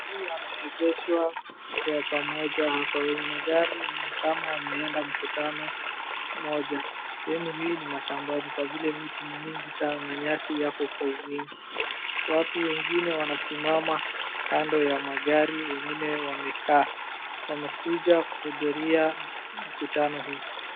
Magari yameegeshwa kwa pamoja na wenye magari ni kama wameenda mkutano moja. Sehemu hii ni mashambani kwa vile miti ni mingi sana na nyasi ziko kwa wingi. Watu wengine wanasimama kando ya magari wengine wamekaa wamekuja kuhudhuria mkutano huu.